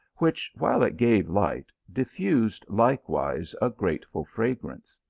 which, while it gave light, diffused like wise a grateful fragrance.